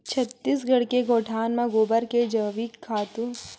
छत्तीसगढ़ के गोठान म गोबर के जइविक खातू बनावत हे अउ ए खातू ह सुसायटी म बेचावत घलोक हे